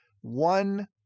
one